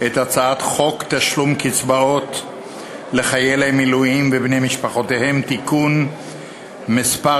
את הצעת חוק תשלום קצבאות לחיילי מילואים ולבני-משפחותיהם (תיקון מס'